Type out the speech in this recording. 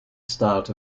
start